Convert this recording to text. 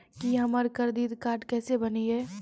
की हमर credit card केसे बनिये?